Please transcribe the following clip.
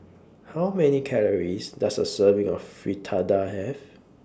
How Many Calories Does A Serving of Fritada Have